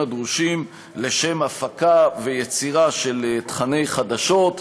הדרושים לשם הפקה ויצירה של תוכני חדשות.